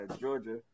Georgia